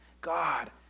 God